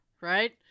right